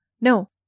No